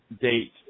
date